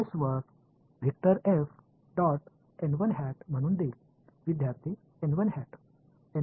எனவே இந்த s எனக்கு கொடுக்கும்